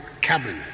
Cabinet